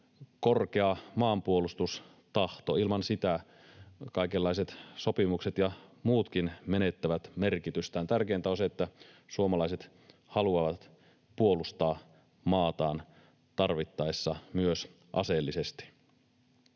korkea maanpuolustustahto. Ilman sitä kaikenlaiset sopimukset ja muutkin menettävät merkitystään. Tärkeintä on se, että suomalaiset haluavat puolustaa maataan tarvittaessa myös aseellisesti.